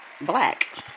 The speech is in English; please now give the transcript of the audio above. black